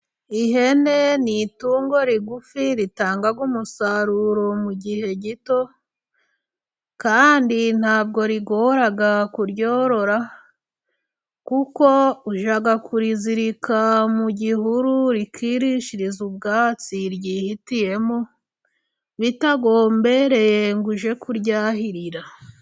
Ihene ni itungo rigufi ritanga umusaruro mu gihe gito, kandi ntabwo rigora kuryorora, kuko ujya kurizirika mu gihuru, rikirishiriza ubwatsi ryihitiyemo bitagombereye ngo ujye kuryahirira.